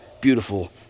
beautiful